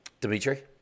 Dimitri